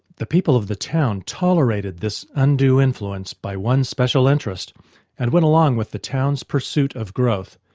the people of the town tolerated this undue influence by one special interest and went along with the town's pursuit of growth,